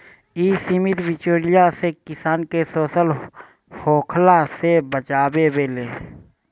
इ समिति बिचौलियों से किसान के शोषण होखला से बचावेले